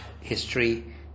history